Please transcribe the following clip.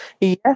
Yes